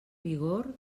vigor